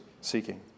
seeking